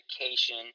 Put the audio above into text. education